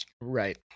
Right